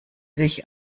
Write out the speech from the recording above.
sich